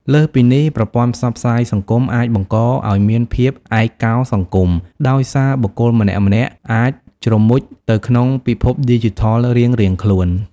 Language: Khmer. លើសពីនេះ ប្រព័ន្ធផ្សព្វផ្សាយសង្គមអាចបង្កឱ្យមានភាពឯកោសង្គម ដោយសារបុគ្គលម្នាក់ៗអាចជ្រមុជនៅក្នុងពិភពឌីជីថលរៀងៗខ្លួន។